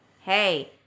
hey